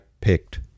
picked